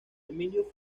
emilio